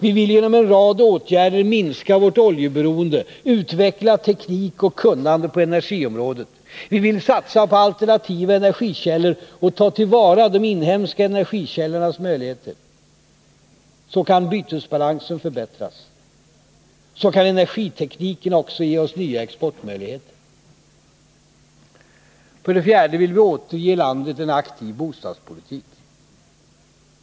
Vi vill genom en rad åtgärder minska vårt oljeberoende, utveckla teknik och kunnande på energiområdet. Vi vill satsa på alternativa energikällor och ta till vara de inhemska energikällornas möjligheter. Så kan bytesbalansen förbättras. Så kan energitekniken också ge oss nya exportmöjligheter. 37 För det fjärde vill vi återge landet en aktiv bostadspolitik.